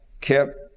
kept